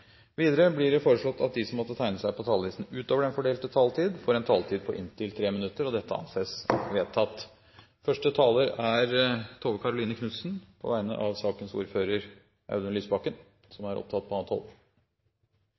Videre blir det foreslått at de som måtte tegne seg på talerlisten utover den fordelte taletid, får en taletid på inntil 3 minutter. – Det anses vedtatt. Tove Karoline Knutsen får ordet på vegne av sakens ordfører, Audun Lysbakken, som er opptatt på